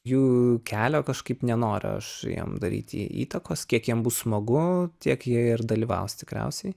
jų kelio kažkaip nenoriu aš jiem daryt į įtakos kiek jiem bus smagu tiek jie ir dalyvaus tikriausiai